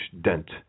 dent